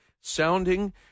sounding